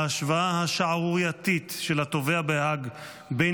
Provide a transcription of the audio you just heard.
ההשוואה השערורייתית של התובע בהאג בין